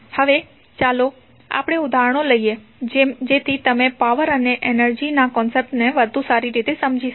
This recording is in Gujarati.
હવે ચાલો આપણે ઉદાહરણો લઈએ જેથી તમે પાવર અને એનર્જીના કોન્સેપટ ને વધુ સારી રીતે સમજી શકો